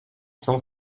cent